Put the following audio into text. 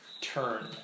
turn